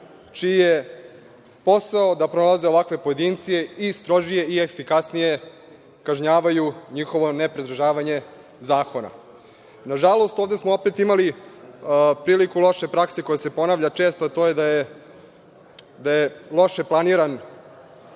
čiji je posao da privode ovakve pojedince i strožije i efikasnije kažnjavaju njihovo nepridržavanje zakona. Nažalost, ovde smo opet imali priliku loše prakse koja se ponavlja često, a to je da je loše planiran